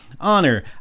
honor